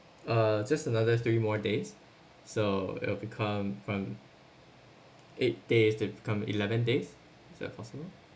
uh just another three more days so it will become from eight days to become eleven days so it that possible